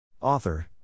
Author